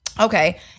Okay